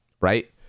right